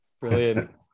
brilliant